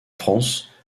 france